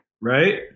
Right